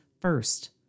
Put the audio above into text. first